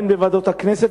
הן בוועדות הכנסת,